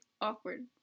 awkward